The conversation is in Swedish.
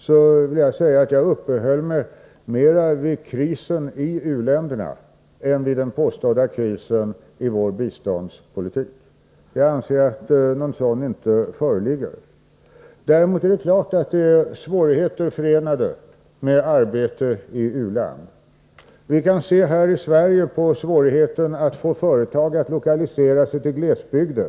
Jag vill då framhålla att jag uppehöll mig mera vid krisen i u-länderna än vid den påstådda krisen i vår biståndspolitik. Jag anser inte att någon sådan kris föreligger. Däremot är det självfallet svårigheter förenade med arbete i ett u-land. Vi kan tänka på svårigheterna här i Sverige att få företag att lokalisera sig till glesbygder.